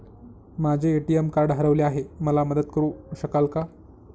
माझे ATM card हरवले आहे, मला मदत करु शकाल का?